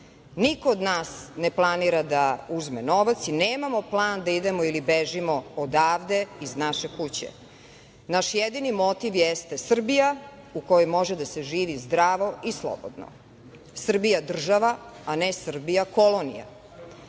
Niko od nas ne planira da uzme novac i nemamo plan da idemo ili bežimo odavde, iz naše kuće. Naš jedini motiv jeste Srbija u kojoj može da se živi zdravo i slobodno. Srbija država, a ne Srbija kolonija.